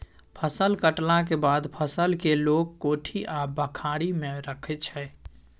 फसल कटलाक बाद फसल केँ लोक कोठी आ बखारी मे राखै छै